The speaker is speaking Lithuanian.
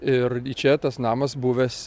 ir i čia tas namas buvęs